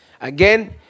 again